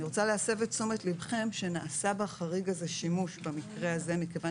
אני רוצה להסב את תשומת לבכם לכך שנעשה בחריג הזה שימוש במקרה הזה כיוון